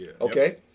okay